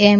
એમ